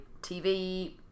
TV